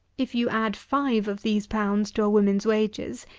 if you add five of these pounds to a woman's wages,